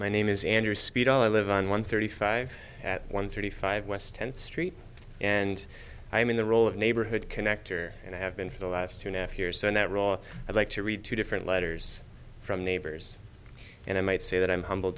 my name is andrew speedo i live on one thirty five at one thirty five west tenth street and i am in the role of neighborhood connector and have been for the last two naff years so in that role i like to read to different letters from neighbors and i might say that i am humble